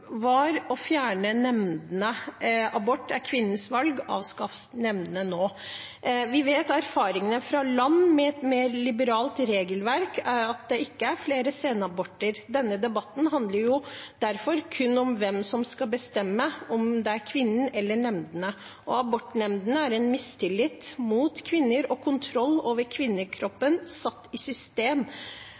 var å fjerne nemndene: «Abort er kvinners valg – avskaff nemndene nå!» Vi vet av erfaringer fra land med et mer liberalt regelverk at det ikke er flere senaborter. Denne debatten handler derfor kun om hvem som skal bestemme, om det er kvinnen eller nemndene, og abortnemndene er en mistillit mot kvinner og kontroll over kvinnekroppen satt i system.